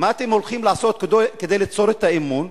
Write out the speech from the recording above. מה אתם הולכים לעשות כדי ליצור את האמון?